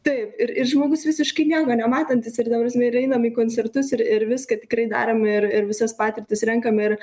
taip ir ir žmogus visiškai nieko nematantis ir ta prasme ir einam į koncertus ir ir viską tikrai darom ir ir visas patirtis renkam ir